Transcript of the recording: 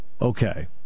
Okay